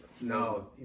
No